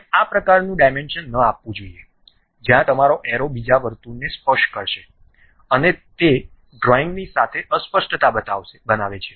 આપણે આ પ્રકારનું ડાયમેન્શન ન આપવું જોઈએ જ્યાં તમારો એરો બીજા વર્તુળને સ્પર્શ કરશે અને તે ચિત્રની સાથે અસ્પષ્ટતા બનાવે છે